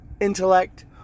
intellect